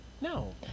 No